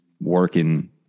working